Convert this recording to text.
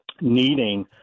needing